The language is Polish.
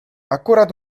akurat